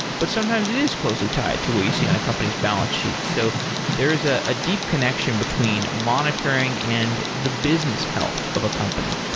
but sometimes it is closely tied to what you see in a company's balance sheet. so there is ah a deep connection between monitoring and the business health of a company.